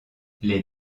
les